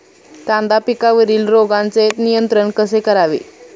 कांदा पिकावरील रोगांचे नियंत्रण कसे करावे?